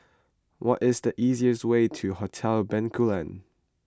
what is the easiest way to Hotel Bencoolen